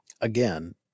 Again